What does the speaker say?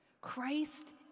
Christ